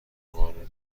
قانون